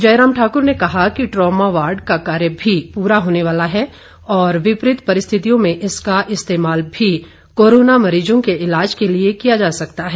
जयराम ठाक्र ने कहा कि ट्रामा वार्ड का कार्य भी पूरा होने वाला है और विपरीत परिस्थितियों में इसका इस्तेमाल भी कोरोना मरीजों के ईलाज के लिए किया जा सकता है